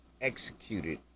executed